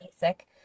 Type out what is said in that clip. basic